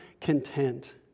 content